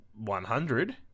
100